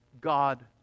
God